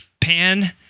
Pan